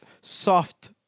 Soft